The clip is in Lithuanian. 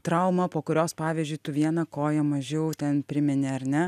trauma po kurios pavyzdžiui tu vieną koją mažiau ten primini ar ne